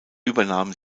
übernahm